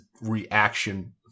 reaction